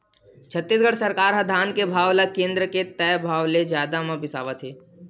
छत्तीसगढ़ सरकार ह धान के भाव ल केन्द्र के तय भाव ले जादा म बिसावत हे